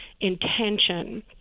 intention